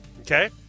okay